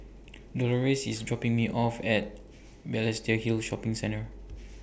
Dolores IS dropping Me off At Balestier Hill Shopping Centre